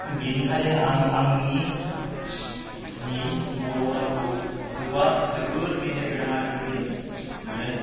बेनिखायनो आं आंनि बर' रावखौ जोबोद मेहेर गोनां आरो गोदै मोनो